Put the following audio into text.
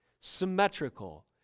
symmetrical